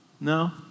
No